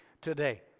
today